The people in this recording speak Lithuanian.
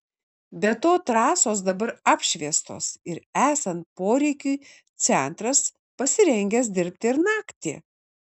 be to trasos dabar apšviestos ir esant poreikiui centras pasirengęs dirbti ir naktį